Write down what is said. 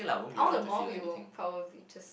all the more we will probably just